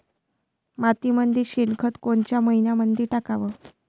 मातीमंदी शेणखत कोनच्या मइन्यामंधी टाकाव?